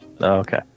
Okay